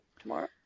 tomorrow